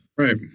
Right